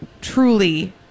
truly